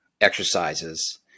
exercises